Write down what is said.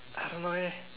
I don't know eh